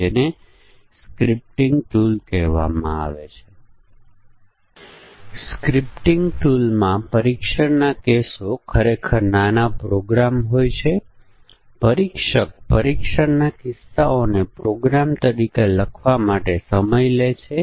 તેથી વિચાર કરવા માટે કારણ ઇફેક્ટ ગ્રાફ પદ્ધતિ ખરેખર આપણને નિર્ણય ટેબલ વિકાસ માટે મદદ કરે છે